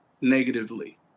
negatively